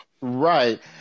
right